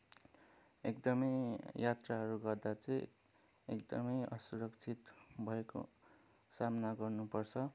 एकदमै यात्राहरू गर्दा चाहिँ एकदमै असुरक्षित भएको सामना गर्नुपर्छ